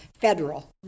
federal